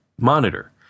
monitor